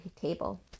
table